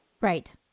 right